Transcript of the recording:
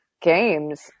games